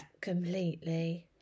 completely